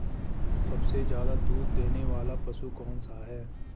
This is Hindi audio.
सबसे ज़्यादा दूध देने वाला पशु कौन सा है?